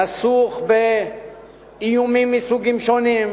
נסוך באיומים מסוגים שונים